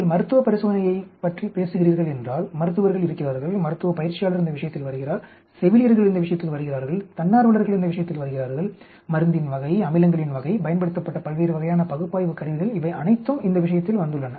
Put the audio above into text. நீங்கள் மருத்துவ பரிசோதனைகளைப் பற்றி பேசுகிறீர்கள் என்றால் மருத்துவர்கள் இருக்கிறார்கள் மருத்துவ பயிற்சியாளர் இந்த விஷயத்தில் வருகிறார் செவிலியர்கள் இந்த விஷயத்தில் வருகிறார்கள் தன்னார்வலர்கள் இந்த விஷயத்தில் வருகிறார்கள் மருந்தின் வகை அமிலங்களின் வகை பயன்படுத்தப்பட்ட பல்வேறு வகையான பகுப்பாய்வுக் கருவிகள் இவை அனைத்தும் இந்த விஷயத்தில் வந்துள்ளன